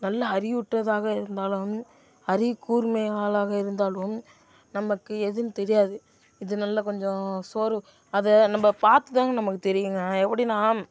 நல்ல அறிவுற்றதாக இருந்தாலும் அறிவு கூர்மையாக இருந்தாலும் நமக்கு எதுன்னு தெரியாது இது நல்ல கொஞ்சம் சோரு அதை நம்ம பார்த்து தாங்க நமக்கு தெரியுங்க எப்படின்னா